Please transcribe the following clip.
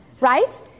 Right